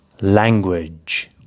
language